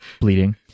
bleeding